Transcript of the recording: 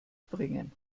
bringen